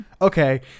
Okay